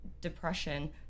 depression